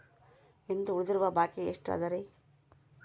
ಇಂದು ಉಳಿದಿರುವ ಬಾಕಿ ಎಷ್ಟು ಅದರಿ?